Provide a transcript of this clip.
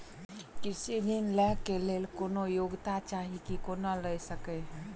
कृषि ऋण लय केँ लेल कोनों योग्यता चाहि की कोनो लय सकै है?